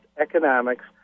economics